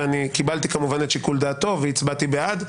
ואני קיבלתי כמובן את שיקול דעתו והצבעתי בעד,